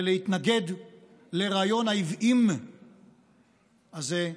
ולהתנגד לרעיון העוועים הזה,